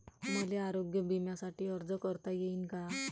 मले आरोग्य बिम्यासाठी अर्ज करता येईन का?